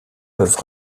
peuvent